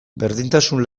berdintasun